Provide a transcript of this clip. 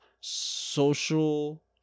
social